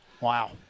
Wow